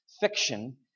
fiction